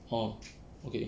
orh okay